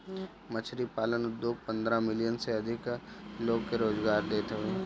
मछरी पालन उद्योग पन्द्रह मिलियन से अधिका लोग के रोजगार देत हवे